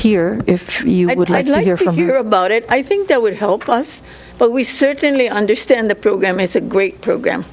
here if you would like to hear from here about it i think that would help us but we certainly understand the program it's a great program